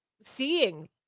seeing